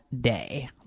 day